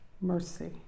mercy